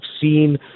seen